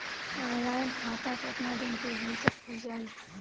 Online खाता केतना दिन के भीतर ख़ुल जाई?